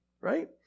Right